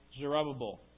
Zerubbabel